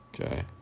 Okay